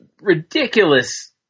ridiculous